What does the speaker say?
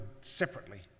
separately